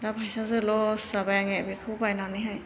दा फैसासो लस जाबाय आंने बेखौ बायनानैहाय